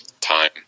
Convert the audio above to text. time